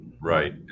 Right